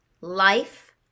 life